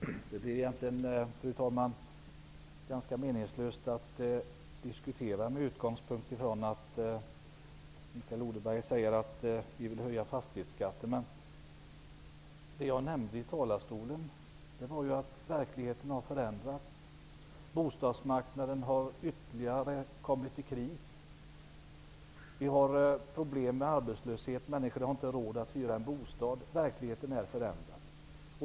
Fru talman! Det är egentligen ganska meningslöst att diskutera med utgångspunkt i att vi, som Mikael Odenberg sade, vill höja fastighetsskatterna. Det jag nämnde i talarstolen var att verkligheten har förändrats. Bostadsmarknaden har ytterligare kommit i kris. Vi har problem med arbetslöshet och människor har inte råd att hyra bostad. Verkligheten är förändrad.